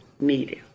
Media